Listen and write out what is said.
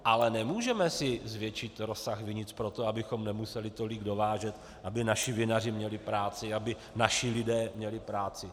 Ale nemůžeme si zvětšit rozsah vinic proto, abychom nemuseli tolik dovážet, aby naši vinaři měli práci, aby naši lidé měli práci.